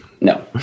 No